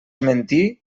mentir